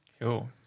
Cool